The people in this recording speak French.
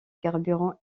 carburants